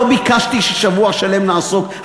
לא ביקשתי ששבוע שלם נעסוק,